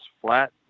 flat